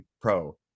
pro